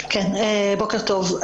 בוקר טוב.